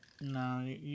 No